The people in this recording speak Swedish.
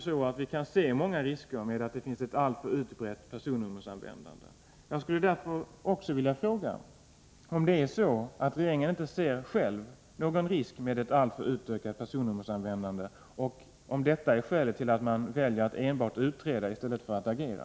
Vi kan de facto se många risker i ett alltför utbrett personnummeranvändande. Jag skulle därför också vilja fråga om inte regeringen själv ser någon risk i den allför stora användningen av personnummer och om inte detta är ett skäl till att man väljer att enbart utreda i stället för att agera.